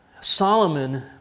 Solomon